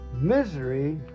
misery